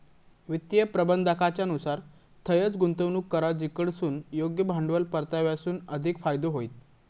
वित्तीय प्रबंधाकाच्या नुसार थंयंच गुंतवणूक करा जिकडसून योग्य भांडवल परताव्यासून अधिक फायदो होईत